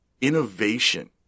innovation